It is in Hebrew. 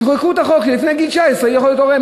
תחוקקו חוק שלפני גיל 19 הוא לא יכול להיות הורה.